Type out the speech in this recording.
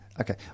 Okay